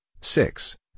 six